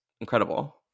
incredible